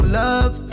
love